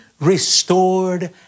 restored